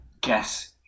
guess